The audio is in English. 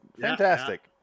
fantastic